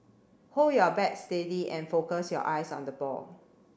hold your bat steady and focus your eyes on the ball